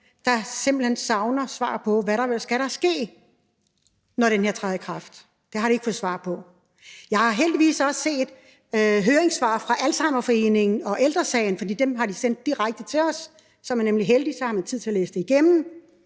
der simpelt hen savner svar på, hvad der skal ske, når det her træder i kraft. Det har de ikke fået svar på. Jeg har heldigvis også set høringssvar fra Alzheimerforeningen og Ældre Sagen, for dem har de sendt direkte til os; så er man nemlig heldig, for så har man tid til at læse det igennem.